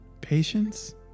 Patience